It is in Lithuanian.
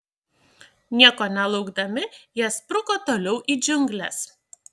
nieko nelaukdami jie spruko toliau į džiungles